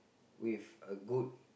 with a good